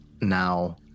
now